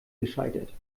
gescheitert